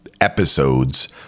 episodes